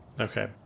Okay